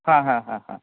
हां हां हां हां